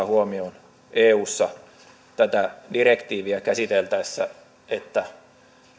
huomioon eussa tätä direktiiviä käsiteltäessä että